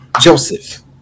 Joseph